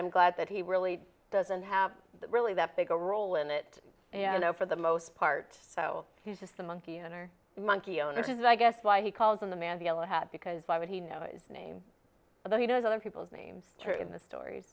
i'm glad that he really doesn't have really that big a role in it for the most part so he's just a monkey on our monkey only because i guess why he calls in the man's yellow hat because why would he know his name but he knows other people's names in the stories